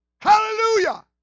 Hallelujah